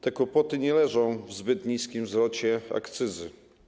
Te kłopoty nie leżą w zbyt niskim zwrocie akcyzy.